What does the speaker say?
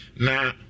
Now